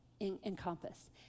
encompass